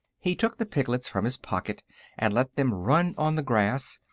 he took the piglets from his pocket and let them run on the grass,